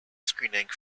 screening